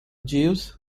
jeeves